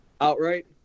outright